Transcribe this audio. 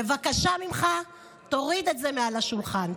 בבקשה ממך, תוריד את זה מעל השולחן.